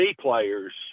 players